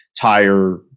tire